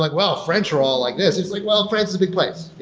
like well, french are all like this. it's like, well, france is a big place.